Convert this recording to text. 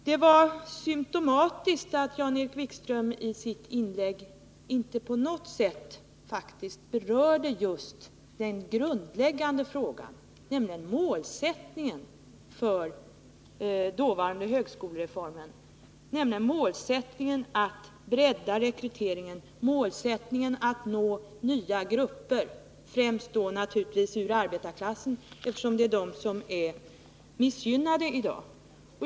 Det var emellertid symptomatiskt att Jan-Erik Wikström i sitt inlägg inte på något sätt berörde just den grundläggande frågan, nämligen målsättningen iden dåvarande högskolereformen att bredda rekryteringen. Målet var att nå nya grupper, främst då naturligtvis ur arbetarklassen, som är mest missgynnad i dag.